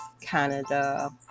Canada